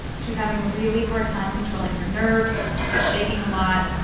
she's having a really hard time controlling her nerves. she's shaking a lot.